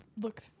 look